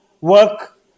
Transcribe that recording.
work